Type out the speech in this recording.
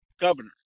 governor